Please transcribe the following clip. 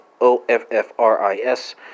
o-f-f-r-i-s